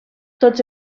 tots